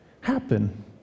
happen